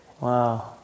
Wow